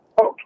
Okay